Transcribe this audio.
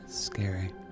Scary